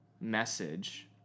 message